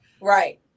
Right